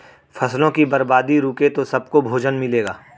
फसलों की बर्बादी रुके तो सबको भोजन मिलेगा